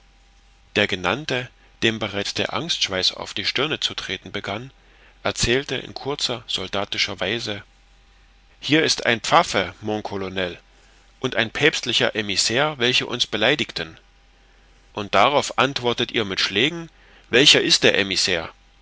der genannte dem bereits der angstschweiß auf die stirne zu treten begann erzählte in kurzer soldatischer weise hier ist ein pfaffe mon colonel und ein päpstlicher emissair welche uns beleidigten und darauf antwortet ihr mit schlägen welcher ist der